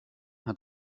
hat